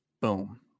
boom